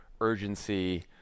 urgency